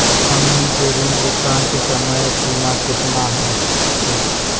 हमनी के ऋण भुगतान के समय सीमा केतना हखिन?